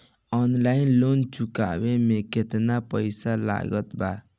Online loan चुकवले मे केतना पईसा लागत बा?